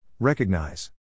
Recognize